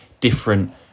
different